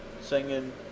singing